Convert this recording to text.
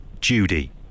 Judy